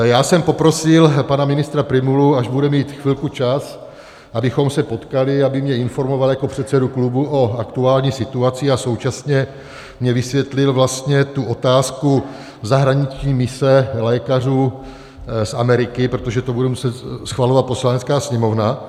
Já jsem poprosil pana ministra Prymulu, až bude mít chvilku čas, abychom se potkali, aby mě informoval jako předsedu klubu o aktuální situaci a současně mi vysvětlil tu otázku zahraniční mise lékařů z Ameriky, protože to bude muset schvalovat Poslanecká sněmovna.